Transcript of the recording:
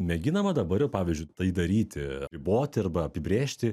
mėginama dabar jau pavyzdžiui tai daryti riboti arba apibrėžti